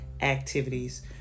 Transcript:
activities